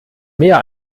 mehr